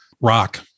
rock